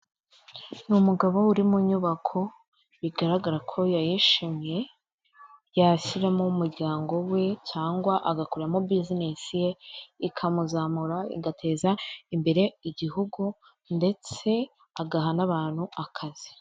Ni umugabo uri mu nyubako bigaragara ko yayishimiye, yashyiramo umuryango we cyangwa agakoreramo bizinesi ye ikamuzamura igateza imbere igihugu ndetse agaha n'abantu akazi.